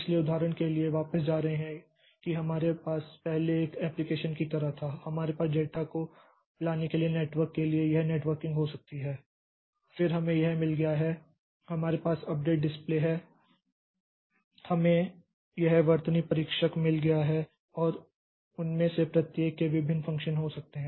इसलिए उदाहरण के लिए वापस जा रहे हैं कि हमारे पास पहले एक एप्लीकेशन की तरह था हमारे पास डेटा को लाने के लिए नेटवर्क के लिए यह नेटवर्किंग हो सकती है फिर हमें यह मिल गया है हमारे पास अपडेट डिस्प्ले है हमें यह वर्तनी परीक्षक मिल गया है और उनमें से प्रत्येक के विभिन्न फ़ंक्शन हो सकते हैं